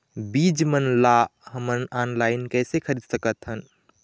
बीज मन ला हमन ऑनलाइन कइसे खरीद सकथन?